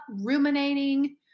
ruminating